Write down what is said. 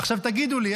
עכשיו תגידו לי,